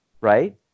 right